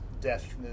death